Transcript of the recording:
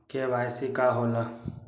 KYC का होला?